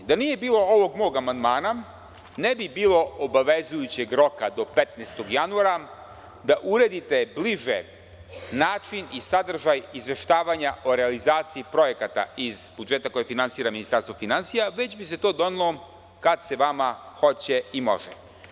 Da nije bilo ovog mog amandmana ne bi bilo obavezujućeg roka do 15. januara da uredite bliže sadržaj izveštavanja o realizaciji projekata iz budžeta koje finansira Ministarstvo finansija, već bi se to donelo kada se vama hoće i može.